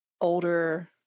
older